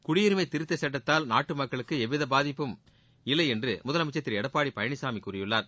குடியுரிமை திருத்தச் சுட்டத்தால் நாட்டு மக்களுக்கு எவ்வித பாதிப்பும் இல்லையென்று முதலமைச்சர் திரு எடப்பாடி பழனிசாமி கூறியுள்ளார்